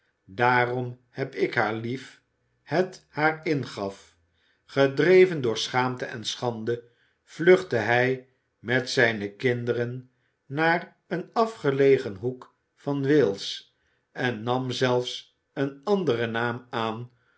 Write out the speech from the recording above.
daarom heb ik haar lief het haar ingaf gedreven door schaamte en schande vluchtte hij met zijne kinderen naar een afgelegen hoek van wales en nam zelfs een anderen naam aan